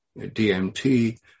DMT